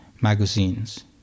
magazines